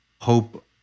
hope